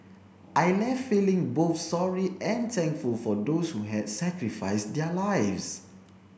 I left feeling both sorry and thankful for those who had sacrificed their lives